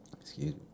excuse